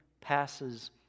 passes